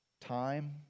time